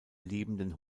lebenden